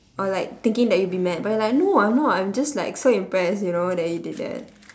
or like thinking that you will be mad but you are like no I'm not I'm just like so impressed you know that you did that